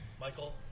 Michael